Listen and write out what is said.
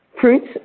fruits